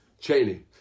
Cheney